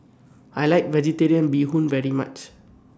I like Vegetarian Bee Hoon very much